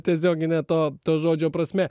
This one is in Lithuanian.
tiesiogine to to žodžio prasme